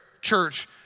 church